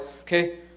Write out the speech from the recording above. okay